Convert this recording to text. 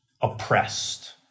oppressed